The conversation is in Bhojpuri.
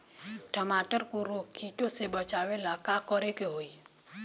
टमाटर को रोग कीटो से बचावेला का करेके होई?